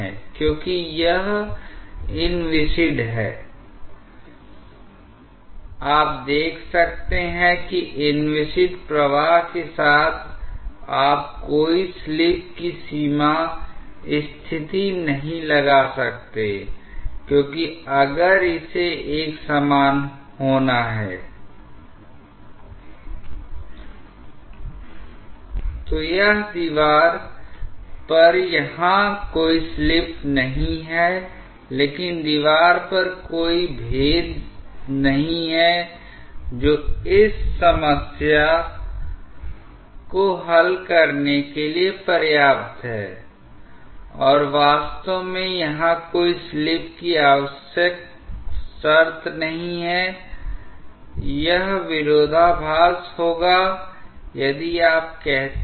तो घर्षण प्रतिरोध के कारण कम हानि होगी I इसलिए उन स्थानों पर क्या घटित होगा वह प्रवाह मुख्य या मूल प्रवाह के साथ खींचे जाने के लिए पर्याप्त रूप से सक्षम नहीं हो सकता है क्योंकि यह इतनी गंभीर रूप से धीमा हो जाता है कि यह सिर्फ एक स्थानीय घुमाव बनाता है लेकिन यह मुख्य प्रवाह में योगदान नहीं करता है इसलिए उस प्रकार की चीज को प्रवाह पृथक्करण कहा जाता है I इसीलिए दीवार के नजदीक लोकल वोर्टेक्स बन जाते हैं अब ये वोर्टेक्स कैसे योगदान करते हैं यह एक प्रकार के नकारात्मक तरीके से योगदान देते हैंI देखिए रोटेशन के आधार पर इन वोर्टेक्स में कुछ उर्जा होती है लेकिन मुख्य प्रवाह में उस ऊर्जा का योगदान नहीं होता हैI मुख्य प्रवाह इस तरह है जो आगे बढ़ रहा है